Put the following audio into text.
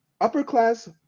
upper-class